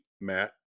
Matt